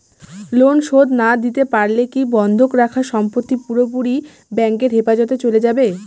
Loan শোধ না দিতে পারলে কি বন্ধক রাখা সম্পত্তি পুরোপুরি ব্যাংকের হেফাজতে চলে যাবে?